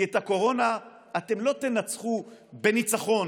כי את הקורונה לא תנצחו בניצחון.